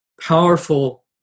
powerful